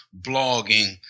blogging